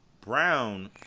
Brown